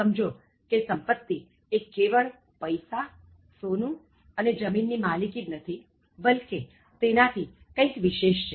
સમજો કે સંપત્તિ એ કેવળ પૈસા સોનું અને જમીન ની માલિકી જ નથી બલ્કિ તેનાથી કંઇક વિશેષ છે